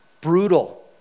brutal